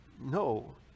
No